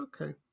okay